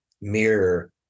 mirror